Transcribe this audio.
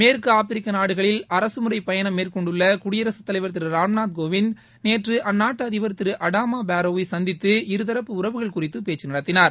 மேற்கு ஆப்பிரிக்க நாடுகளில் அரசுமுறை பயணம் மேற்கொண்டுள்ள குடியரசுத் தலைவர் திரு ராம்நாத் கோவிந்த் நேற்று அந்நாட்டு அதிபர் திரு அடாமா பாரோவை சந்தித்து இருதரப்பு உறவுகள் குறித்து பேச்சு நடத்தினார்